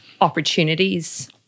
opportunities